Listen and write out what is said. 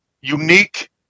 unique